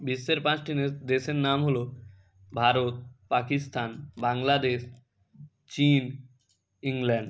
বিশ্বের পাঁচটি দেশের নাম হল ভারত পাকিস্তান বাংলাদেশ চিন ইংল্যান্ড